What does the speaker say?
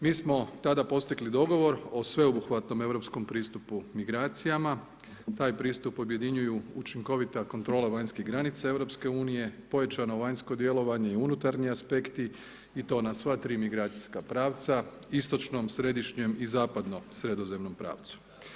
Mi smo tada postigli dogovor o sveobuhvatnom europskom pristupu migracijama taj pristup objedinjuju učinkovita kontrola vanjske granice Europske unije, pojačano vanjsko djelovanje i unutarnji aspekti i to na sva tri migracijska pravca, istočnom, središnjem i zapadno sredozemnom pravcu.